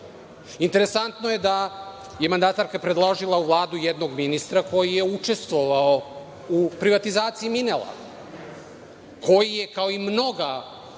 uopšte. Interesantno je da mandatarka predložila u Vladu jednog ministra koji je učestvovao u privatizaciji „Minela“ koji je kao i mnoge